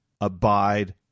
abide